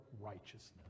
righteousness